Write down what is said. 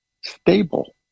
stable